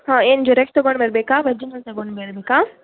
ಹಾಂ ಏನು ಜೆರಾಕ್ಸ್ ತೊಗೊಂಡು ಬರಬೇಕಾ ಒರ್ಜಿನಲ್ ತಗೊಂಡು ಬರಬೇಕಾ